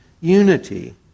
unity